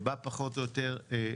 בא פחות או יותר מוכן.